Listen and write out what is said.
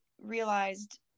realized